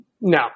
No